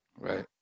Right